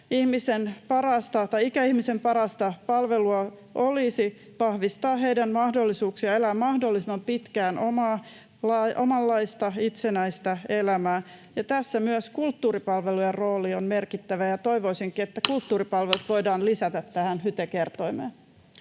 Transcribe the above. Ikäihmisten parasta palvelua olisi vahvistaa heidän mahdollisuuksiaan elää mahdollisimman pitkään omanlaista, itsenäistä elämää. Tässä myös kulttuuripalvelujen rooli on merkittävä, ja toivoisinkin, että kulttuuripalvelut voidaan lisätä tähän HYTE-kertoimeen.